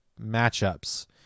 matchups